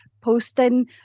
posting